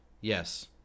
Yes